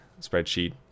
spreadsheet